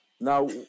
Now